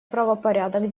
правопорядок